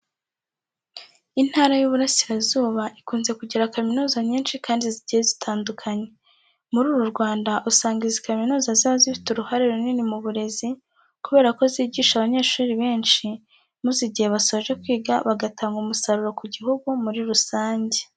Intara y'Iburasirazuba ikunze kugira kaminuza nyinshi kandi zigiye zitandukanye. Muri uru Rwanda usanga izi kaminuza ziba zifite uruhare runini mu burezi kubera ko zigisha abanyeshuri benshi maze igihe basoje kwiga bagatanga umusaruro ku gihugu muri rusange.